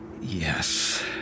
Yes